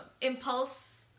impulse